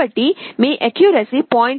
కాబట్టి మీ అక్యూరసి 0